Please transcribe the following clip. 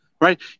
right